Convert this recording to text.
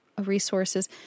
resources